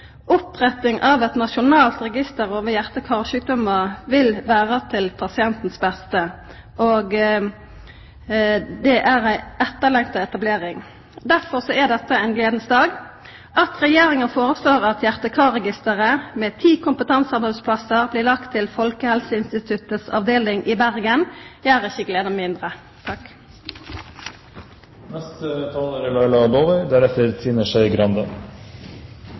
Oppretting av eit nasjonalt register over hjarte- og karsjukdomar vil vera til pasientens beste, og det er ei etterlengta etablering. Derfor er dette ein «gledens dag». At Regjeringa foreslår at hjarte- og karregisteret med ti kompetansearbeidsplassar blir lagt til Folkehelseinstituttets avdeling i Bergen, gjer ikkje gleda mindre.